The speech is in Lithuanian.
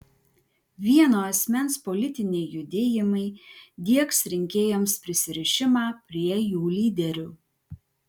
vieno asmens politiniai judėjimai diegs rinkėjams prisirišimą prie jų lyderių